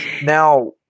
Now